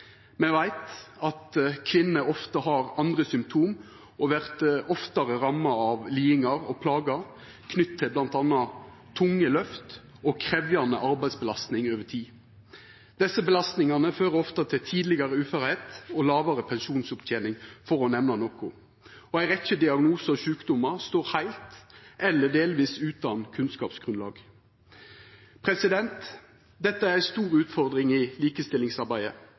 Me veit at kvinner ofte har andre symptom og oftare vert ramma av lidingar og plager knytte til bl.a. tunge løft og krevjande arbeidsbelastning over tid. Desse belastningane fører ofte til tidlegare uførleik og lågare pensjonsopptening, for å nemna noko. Ei rekkje diagnosar og sjukdomar står heilt eller delvis utan kunnskapsgrunnlag. Dette er ei stor utfordring i likestillingsarbeidet.